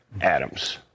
Adams